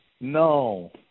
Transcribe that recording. no